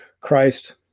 Christ